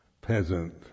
peasant